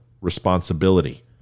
responsibility